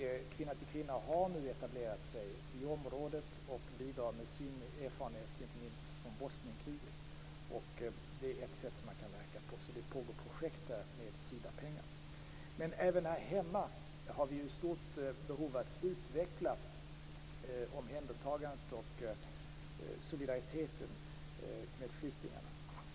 Kvinna till kvinna har nu etablerat sig i området och bidrar med sin erfarenhet, inte minst från Bosnienkriget. Det är ett sätt som man kan verka på. Det pågår alltså projekt där med Även här hemma har vi stort behov av att utveckla omhändertagandet och solidariteten med flyktingarna.